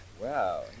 Wow